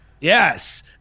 Yes